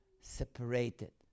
separated